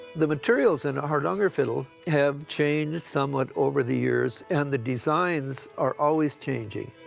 the materials in a hardanger fiddle have changed somewhat over the years, and the designs are always changing.